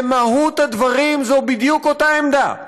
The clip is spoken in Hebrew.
במהות הדברים זו בדיוק אותה עמדה.